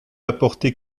apporter